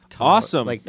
Awesome